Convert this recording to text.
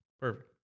perfect